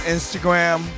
Instagram